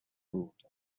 دود